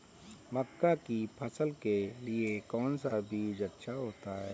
मक्का की फसल के लिए कौन सा बीज अच्छा होता है?